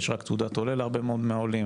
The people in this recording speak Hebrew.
להרבה מאוד מהעולים